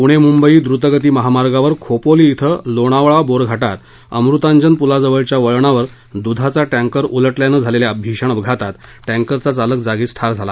प्णे मुंबई द्रतगती महामार्गावर खोपोली धिं लोणावळा बोरघाटात अमृतांजन पुलाजवळच्या वळणावर दुधाचा टँकर उलटल्यानं झालेल्या भीषण अपघातात टँकरचा चालक जागीच ठार झाला